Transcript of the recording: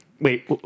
Wait